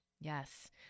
Yes